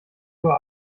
uhr